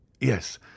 Yes